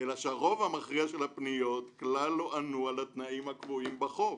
אלא שהרוב המכריע של הפניות כלל לא ענו על התנאים הקבועים בחוק,